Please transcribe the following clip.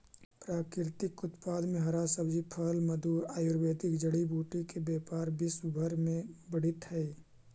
प्राकृतिक उत्पाद में हरा सब्जी, फल, मधु, आयुर्वेदिक जड़ी बूटी के व्यापार विश्व भर में बढ़ित हई